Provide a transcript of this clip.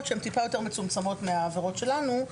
שהם מעט יותר מצומצמות מהעבירות שלנו,